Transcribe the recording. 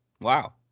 wow